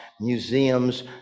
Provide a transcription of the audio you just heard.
museums